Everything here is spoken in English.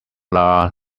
lara